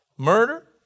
Murder